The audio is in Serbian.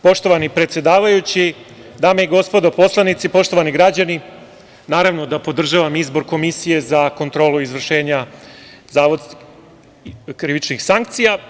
Poštovani predsedavajući, dame i gospodo poslanici, poštovani građani, naravno da podržavam izbor Komisije za kontrolu izvršenja krivičnih sankcija.